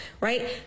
right